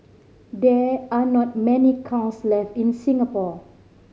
there are not many kilns left in Singapore